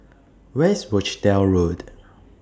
Where IS Rochdale Road